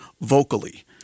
vocally